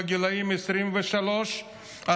בגילים 23 45,